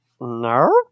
no